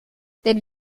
denn